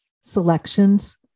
selections